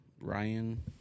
Ryan